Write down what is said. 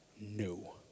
No